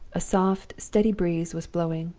a soft, steady breeze was blowing,